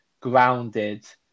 grounded